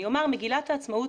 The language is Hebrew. במגילת העצמאות,